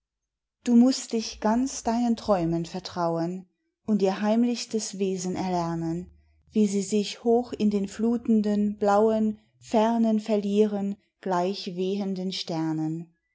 du mußt dich ganz deinen träumen vertrauen und ihr heimlichstes wesen erlernen wie sie sich hoch in den flutenden blauen fernen verlieren gleich wehenden sternen